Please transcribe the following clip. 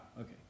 okay